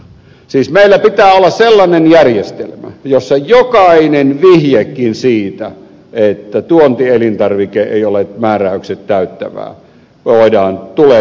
siis meillä pitää olla sellainen järjestelmä jossa jokainen vihjekin siitä että tuontielintarvike ei ole määräykset täyttävä tulee tutkintaan